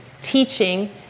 teaching